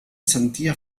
sentia